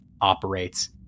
operates